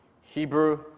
Hebrew